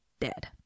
Dead